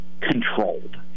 controlled